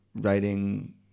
writing